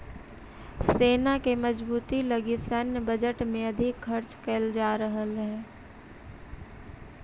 सेना के मजबूती लगी सैन्य बजट में अधिक खर्च कैल जा रहल हई